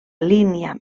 línia